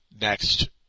next